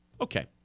Okay